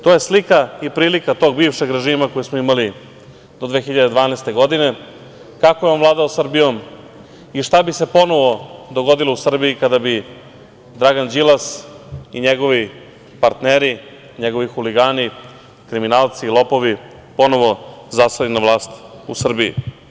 To je slika i prilika tog bivšeg režima koje smo imali do 2012. godine, kako je on vladao Srbijom i šta bi se ponovo dogodilo u Srbiji kada bi Dragan Đilas i njegovi partneri, njegovi huligani, kriminalci, lopovi ponovi zaseli na vlast u Srbiji.